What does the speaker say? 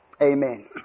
Amen